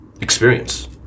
experience